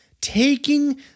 Taking